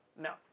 No